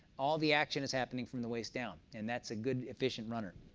all the action is happening from the waist down, and that's a good, efficient runner.